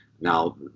Now